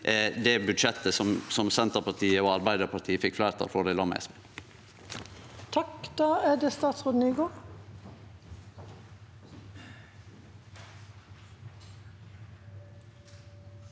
det budsjettet som Senterpartiet og Arbeidarpartiet fekk fleirtal for i lag med